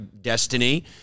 destiny